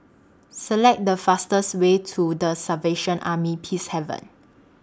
Select The fastest Way to The Salvation Army Peacehaven